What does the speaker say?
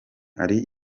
hari